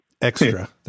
Extra